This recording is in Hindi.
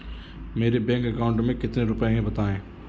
मेरे बैंक अकाउंट में कितने रुपए हैं बताएँ?